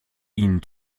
ihnen